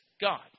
God